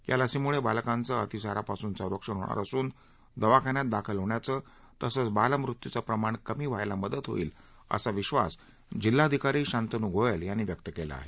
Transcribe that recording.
या लसीमुळे बालकांचं अतिसारापासून संरक्षण होणार असून दवाखान्यात दाखल होण्याचं तसंच बालमृत्यूचं प्रमाण कमी व्हायला मदत होईल असा विश्वास जिल्हाधिकारी शांतनू गोयल यांनी व्यक्त केला आहे